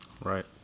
Right